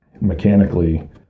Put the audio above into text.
mechanically